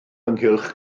ynghylch